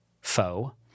foe